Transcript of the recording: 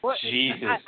Jesus